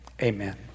amen